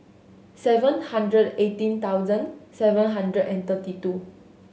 seven hundred eighteen thousand seven hundred and thirty two